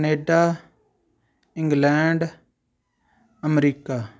Canada England America